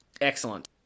excellent